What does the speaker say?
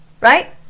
Right